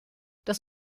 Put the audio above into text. das